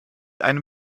einem